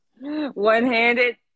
One-handed